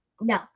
No